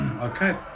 Okay